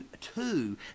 two